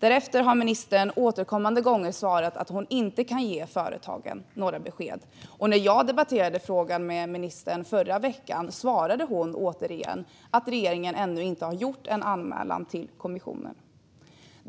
Därefter har ministern återkommande svarat att hon inte kan ge företagen några besked. När jag debatterade frågan med ministern förra veckan svarade hon återigen att regeringen ännu inte har gjort en anmälan till kommissionen.